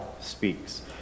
speaks